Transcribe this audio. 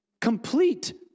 complete